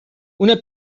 una